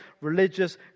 religious